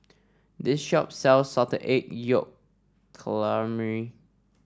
this shop sells Salted Egg Yolk Calamari